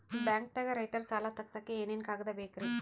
ಬ್ಯಾಂಕ್ದಾಗ ರೈತರ ಸಾಲ ತಗ್ಸಕ್ಕೆ ಏನೇನ್ ಕಾಗ್ದ ಬೇಕ್ರಿ?